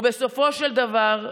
ובסופו של דבר,